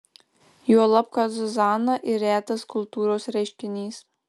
juolab kad zuzana ir retas kultūros reiškinys